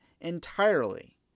entirely